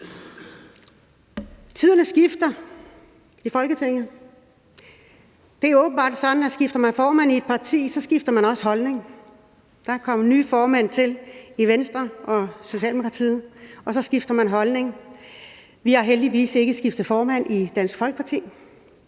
Tiderne skifter i Folketinget. Det er åbenbart sådan, at skifter man formand i et parti, skifter man også holdning. Der er kommet nye formænd til i Venstre og Socialdemokratiet, og så skifter man holdning. Vi har heldigvis ikke skiftet formand i Dansk Folkeparti,